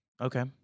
okay